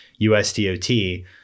USDOT